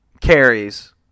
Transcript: carries